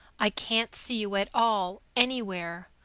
i can't see you at all, anywhere.